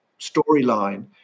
storyline